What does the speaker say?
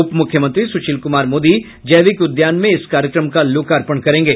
उप मुख्यमंत्री सुशील कुमार मोदी जैविक उद्यान में इस कार्यक्रम का लोकार्पण करेंगे